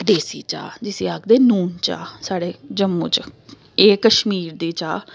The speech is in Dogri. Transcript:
देसी चाह् जिसी आखदे नून चाह् साढ़े जम्मू च एह् कश्मीर दी चाह्